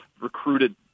recruited